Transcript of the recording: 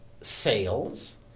sales